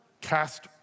cast